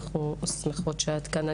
אנחנו שמחות שאת כאן.